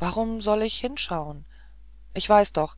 warum soll ich hinschaun ich weiß doch